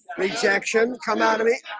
rejection come out of me